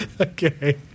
Okay